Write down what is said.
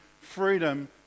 freedom